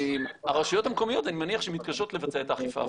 הרשויות המקומיות אני מניח שמתקשות לבצע את האכיפה,